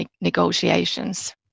negotiations